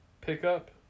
Pickup